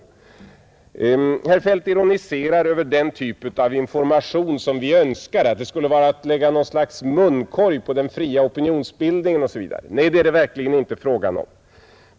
Herr Feldt ironiserar över den typ av information som vi önskar och menar att den skulle vara något slags munkorg på den fria opinionsbildningen osv. Nej, det är det verkligen inte fråga om.